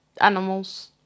animals